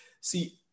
see